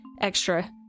extra